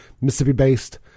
Mississippi-based